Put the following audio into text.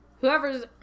Whoever's